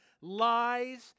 lies